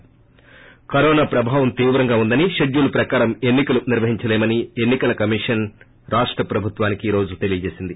ి కరోనా ప్రభావం తీవ్రంగా ఉందని షెడ్యూల్ ప్రకారం ఎన్ని కలను నిర్వహించలేమని ఎన్ని కల కమిషన్ రాష్ట ప్రభుత్వానికి ఈ రోజు తెలీయచేసింది